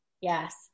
yes